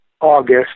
August